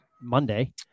Monday